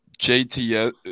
JTS